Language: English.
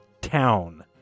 town